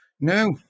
No